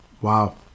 Wow